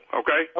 okay